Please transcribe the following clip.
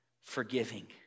Forgiving